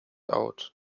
out